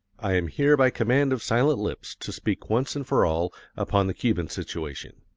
i am here by command of silent lips to speak once and for all upon the cuban situation.